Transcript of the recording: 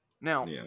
Now